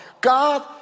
God